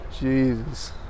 Jesus